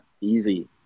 easy